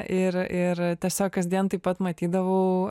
ir ir tiesiog kasdien taip pat matydavau